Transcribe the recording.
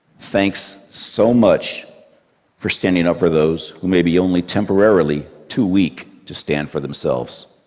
thanks so much for standing up for those who may be only temporarily too weak to stand for themselves.